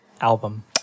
album